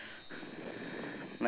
I think can call him